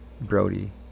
Brody